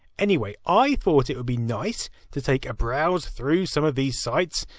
anyway, i thought it would be nice to take a browse through some of these sites,